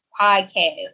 podcast